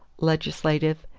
legislative,